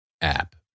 app